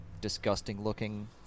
disgusting-looking